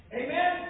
amen